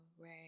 Right